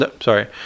Sorry